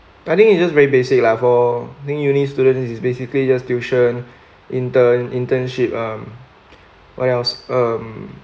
I think it's just very basic lah for I think uni student is basically just tuition intern internship um what else um